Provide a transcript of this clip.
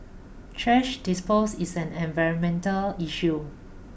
trash disposal is an environmental issue